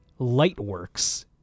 lightworks